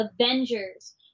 Avengers